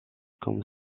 comme